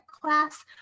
class